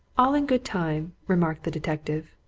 all in good time, remarked the detective.